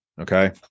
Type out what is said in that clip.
okay